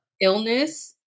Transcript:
illness